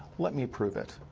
let me prove it.